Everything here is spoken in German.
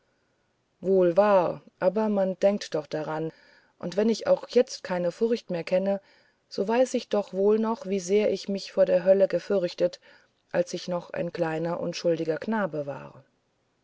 wohl wahr aber man denkt doch daran und wenn ich auch jetzt keine furcht mehr kenne so weiß ich doch wohl noch wie sehr ich mich vor der hölle gefürchtet als ich noch ein kleiner unschuldiger knabe war